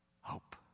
hope